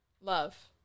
Love